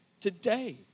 Today